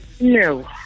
No